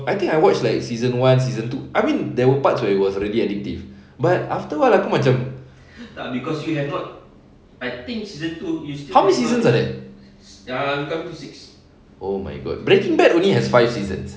I think I watch like season one season two I mean there were parts where it was already addictive but after a while aku macam how many seasons are there oh my god breaking bad only has five seasons